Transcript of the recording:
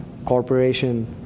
Corporation